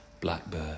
Blackbird